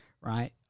Right